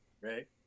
right